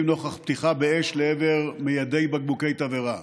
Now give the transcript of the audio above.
נוכח פתיחה באש לעבר מיידי בקבוקי תבערה.